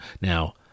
Now